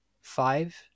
five